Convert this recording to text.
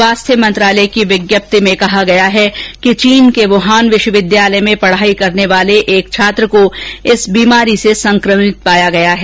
स्वास्थ्य मंत्रालय की विज्ञप्ति में कहा गया है कि चीन के वुहान विश्वविद्यालय में पढ़ाई करने वाले एक छात्र को इस बीमारी से संक्रमित पाया गया है